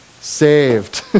saved